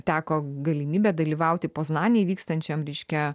teko galimybė dalyvauti poznanėj vykstančiam reiškia